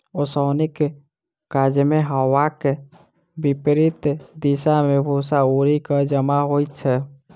ओसौनीक काजमे हवाक विपरित दिशा मे भूस्सा उड़ि क जमा होइत छै